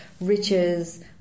riches